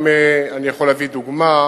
אני יכול להביא דוגמה